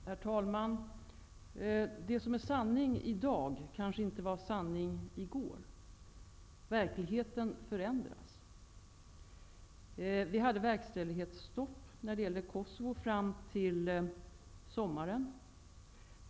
Herr talman! Det som är sanning i dag kanske inte var sanning i går. Verkligheten förändras. Vi hade verkställighetsstopp beträffande Kosovo fram till sommaren.